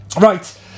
Right